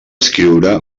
escriure